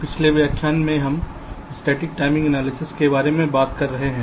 पिछले व्याख्यान में हम स्टैटिक टाइमिंग एनालिसिस के बारे में बात कर रहे हैं